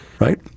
right